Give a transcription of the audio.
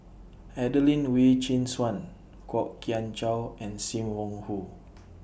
Adelene Wee Chin Suan Kwok Kian Chow and SIM Wong Hoo